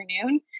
afternoon